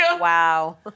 Wow